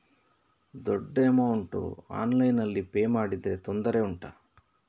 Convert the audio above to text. ದೊಡ್ಡ ಅಮೌಂಟ್ ಆನ್ಲೈನ್ನಲ್ಲಿ ಪೇ ಮಾಡಿದ್ರೆ ತೊಂದರೆ ಉಂಟಾ?